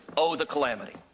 oh the calamity.